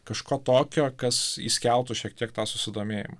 kažko tokio kas įskeltų šiek tiek tą susidomėjimą